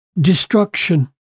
destruction